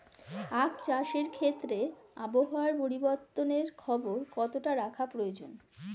আখ চাষের ক্ষেত্রে আবহাওয়ার পরিবর্তনের খবর কতটা রাখা প্রয়োজন?